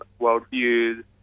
worldviews